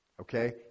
okay